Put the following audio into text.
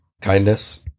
kindness